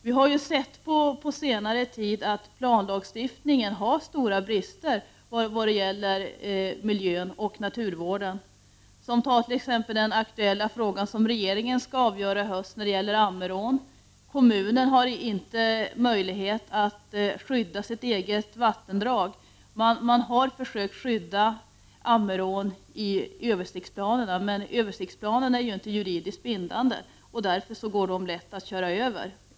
Vi har ju på senare tid sett att planlagstiftningen har stora brister när det gäller miljön och naturvården. Som exempel kan jag nämna den aktuella frågan som regeringen skall avgöra i höst och som gäller Ammerån. Kommunen har inte möjlighet att skydda sitt eget vattendrag. Kommunen har försökt skydda Ammerån i översiktsplanerna, men översiktsplanerna är inte juri diskt bindande, och därför kan de lätt köras över.